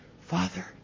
Father